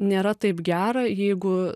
nėra taip gera jeigu